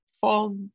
falls